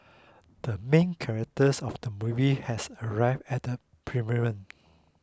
the main characters of the movie has arrived at the premiere